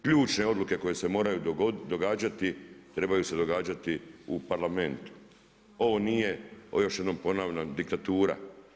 Ključne odluke koje se moraju događati, trebaju se događati u Parlamentu, ovo nije još jednom ponavljam, diktatura.